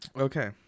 Okay